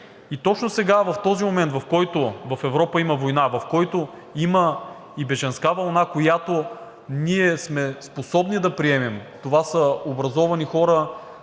Точно сега в този момент, в който в Европа има война, в който има и бежанска вълна, която ние сме способни да приемем – това са образовани хора,